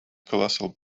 colossal